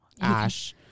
ash